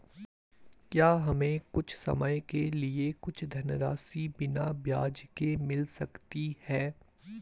क्या हमें कुछ समय के लिए कुछ धनराशि बिना ब्याज के मिल सकती है?